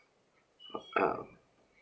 uh um